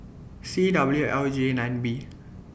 C W L J nine B